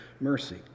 mercy